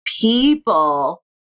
people